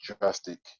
drastic